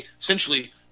essentially